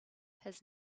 his